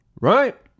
right